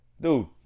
Dude